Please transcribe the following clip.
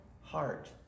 heart